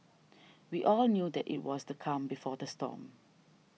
we all knew that it was the calm before the storm